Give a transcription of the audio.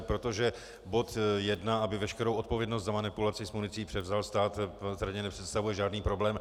Protože bod 1 aby veškerou odpovědnost za manipulaci s municí převzal stát pro mě nepředstavuje žádný problém.